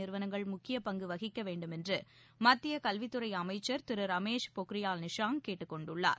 நிறுவனங்கள் முக்கிய பங்கு வகிக்க வேண்டுமென்று என்று மத்திய கல்வித்துறை அமைச்சள் திரு ரமேஷ் பொக்ரியால் நிஷாங் கேட்டுக் கொண்டுள்ளார்